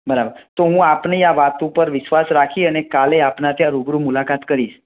બરાબર તો હું આપની આ વાત ઉપર વિશ્વાસ રાખી અને અને કાલે આપનાં ત્યાં રૂબરૂ મુલાકાત કરીશ